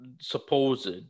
supposed